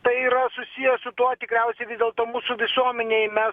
tai yra susiję su tuo tikriausiai vis dėlto mūsų visuomenėj mes